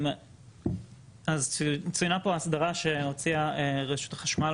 אז צוינה פה האסדרה שהוציאה רשות החשמל